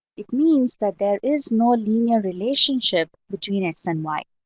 it means that there is no linear relationship between x and y.